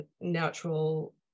natural